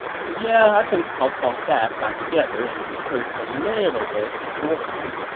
so yeah, i think cao cao's staff got together and rehearsed a little bit beforehand.